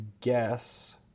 guess